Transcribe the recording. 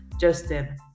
Justin